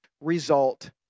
result